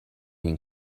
این